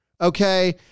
Okay